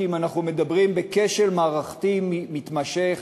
אנחנו מדברים על כשל מערכתי מתמשך